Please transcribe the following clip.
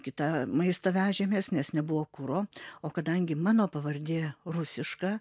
kitą maistą vežėmės nes nebuvo kuro o kadangi mano pavardė rusiška